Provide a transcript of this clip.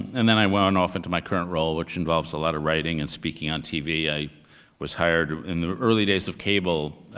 and then i went and off into my current role which involves a lot of writing and speaking on tv. i was hired in the early days of cable.